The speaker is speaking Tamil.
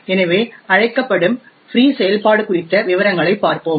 எனவே அழைக்கப்படும் ஃப்ரீ செயல்பாடு குறித்த விவரங்களைப் பார்ப்போம்